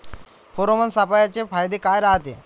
Pheromone सापळ्याचे फायदे काय रायते?